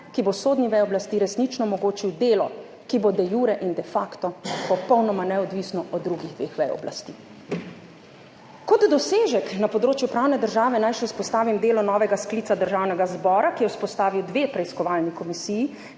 ki bo sodni veji oblasti resnično omogočil delo, ki bo de iure in de facto popolnoma neodvisno od drugih dveh vej oblasti. Kot dosežek na področju pravne države naj še izpostavim delo novega sklica Državnega zbora, ki je vzpostavil dve preiskovalni komisiji,